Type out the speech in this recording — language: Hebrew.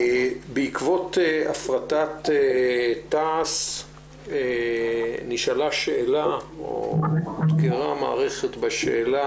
בעקבות הפרטת תע"ש אותגרה המערכת בשאלה